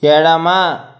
ఎడమ